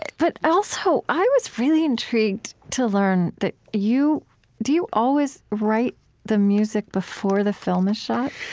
but also, i was really intrigued to learn that you do you always write the music before the film is shot?